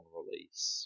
release